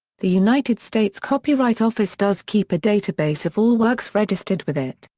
the united states copyright office does keep a database of all works registered with it,